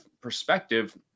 perspective